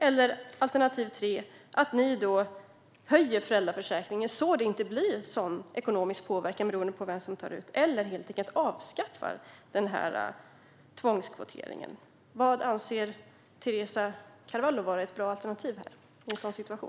Ett annat alternativ skulle ju kunna vara att ni höjer nivån i föräldraförsäkringen så att den ekonomiska påverkan inte blir så beroende av vem som tar ut den. Ni kan också helt enkelt avskaffa den här tvångskvoteringen. Vad anser Teresa Carvalho vara ett bra alternativ?